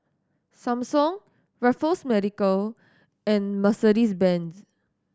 Samsung Raffles Medical and Mercedes Benz